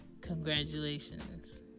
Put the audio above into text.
Congratulations